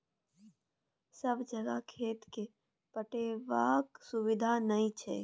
सब जगह खेत केँ पटेबाक सुबिधा नहि छै